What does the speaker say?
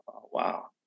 wow